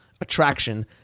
attraction